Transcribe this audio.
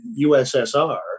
USSR